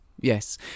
yes